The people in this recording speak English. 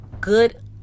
good